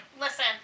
listen